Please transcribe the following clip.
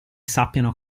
sappiano